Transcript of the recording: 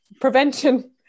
prevention